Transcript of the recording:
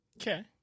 okay